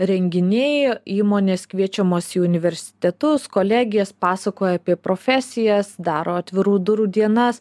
renginiai įmonės kviečiamos į universitetus kolegijas pasakoja apie profesijas daro atvirų durų dienas